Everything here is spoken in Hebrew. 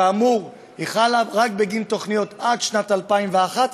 כאמור, היא חלה רק בגין תוכניות עד שנת 2011,